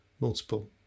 multiple